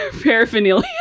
paraphernalia